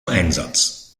einsatz